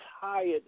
tired